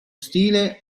stile